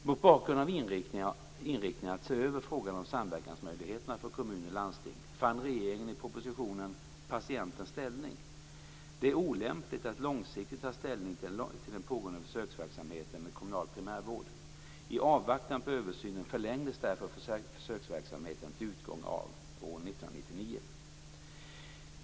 Mot bakgrund av inriktningen att se över frågan om samverkansmöjligheterna för kommuner och landsting fann regeringen i propositionen Patientens ställning det olämpligt att långsiktigt ta ställning till den pågående försöksverksamheten med kommunal primärvård. I avvaktan på översynen förlängdes därför försöksverksamheten till utgången av år 1999.